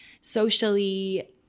socially